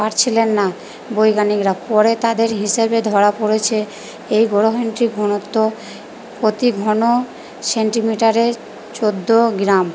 পারছিলেন না বৈজ্ঞানিকরা পরে তাদের হিসেবে ধরা পড়েছে এই গ্রহণটি ঘনত্ব প্রতি ঘন সেন্টিমিটারের চোদ্দো গ্রাম